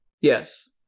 Yes